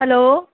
hello